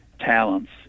talents